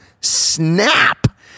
snap